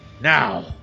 Now